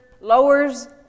lowers